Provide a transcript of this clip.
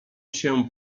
się